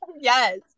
Yes